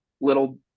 little